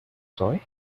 hoy